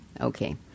Okay